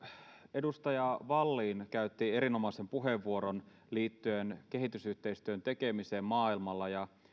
edustaja vallin käytti erinomaisen puheenvuoron liittyen kehitysyhteistyön tekemiseen maailmalla ja